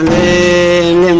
a